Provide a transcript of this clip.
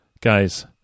guys